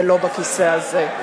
ולא בכיסא הזה.